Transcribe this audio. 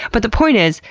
but the point is,